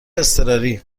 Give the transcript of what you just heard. اضطراری